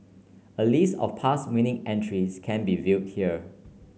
a list of past winning entries can be viewed here